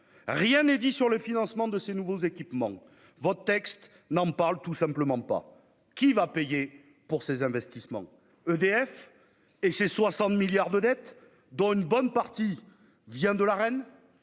Rien n'est dit sur le financement de ces nouveaux équipements. Votre texte n'en parle tout simplement pas. Qui va payer pour ces investissements ? EDF avec ses 60 milliards de dettes, dont une bonne partie vient de l'Arenh,